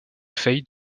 faye